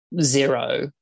zero